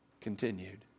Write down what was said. continued